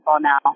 now